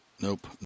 nope